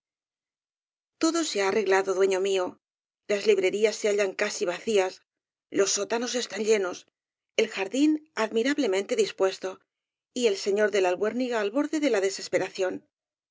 todo se ha arreglado dueño mío las librerías se hallan casi vacías los sótanos están llenos el jardín admirablemente dispuesto y el señor de la albuérniga el borde de la desesperación